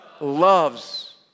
Loves